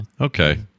Okay